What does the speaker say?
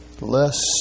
less